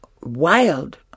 wild